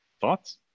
thoughts